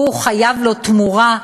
והוא חייב לו תמורה,